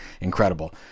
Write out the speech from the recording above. incredible